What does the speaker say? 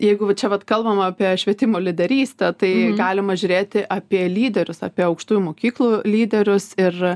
jeigu va čia vat kalbam apie švietimo lyderystę tai galima žiūrėti apie lyderius apie aukštųjų mokyklų lyderius ir